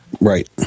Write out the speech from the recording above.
Right